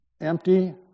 Empty